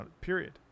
period